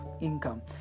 income